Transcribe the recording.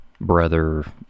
brother